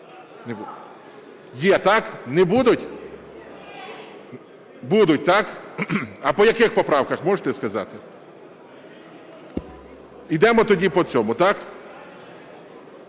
Є, так? Не будуть? Будуть, так? А по яких поправках, можете сказати? Йдемо тоді по … 1